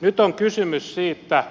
nyt on kysymys siitä